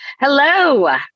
Hello